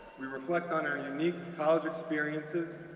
we reflect on our unique college experiences,